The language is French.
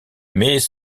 mais